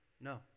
no